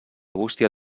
bústia